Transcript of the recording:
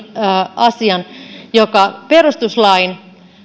asian joka perustuslain